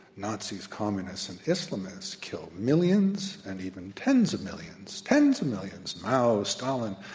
nazis, communists and islamists kill millions and even tens of millions, tens of millions. mao, stalin,